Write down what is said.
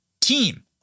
team